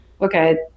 okay